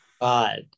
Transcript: God